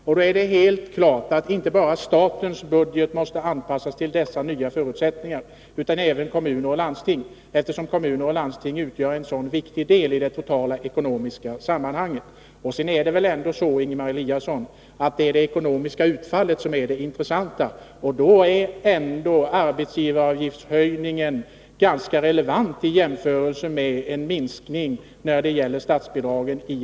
Det står helt klart att inte bara statens utan också kommunernas och landstingens budget måste anpassas till dessa nya förutsättningar, eftersom de senare utgör en så viktig del i det totala ekonomiska sammanhanget. Det är väl ändå, Ingemar Eliasson, det ekonomiska utfallet som är det intressanta. Därför är det ganska relevant att jämföra arbetsgivaravgiftshöjningen med en minskning av statsbidragen.